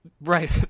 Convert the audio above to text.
Right